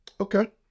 Okay